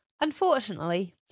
Unfortunately